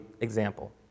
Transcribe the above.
example